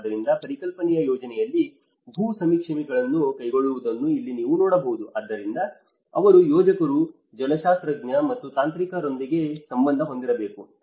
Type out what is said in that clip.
ಆದ್ದರಿಂದ ಪರಿಕಲ್ಪನೆಯ ಯೋಜನೆಯಲ್ಲಿ ಭೂ ಸಮೀಕ್ಷೆಗಳನ್ನು ಕೈಗೊಳ್ಳುವುದನ್ನು ಇಲ್ಲಿ ನೀವು ನೋಡಬಹುದು ಆದ್ದರಿಂದ ಅವರು ಯೋಜಕರು ಜಲಶಾಸ್ತ್ರಜ್ಞ ಮತ್ತು ತಾಂತ್ರಿಕರೊಂದಿಗೆ ಸಂಬಂಧ ಹೊಂದಿರಬೇಕು